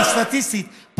סטטיסטית,